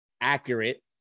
accurate